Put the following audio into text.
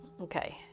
Okay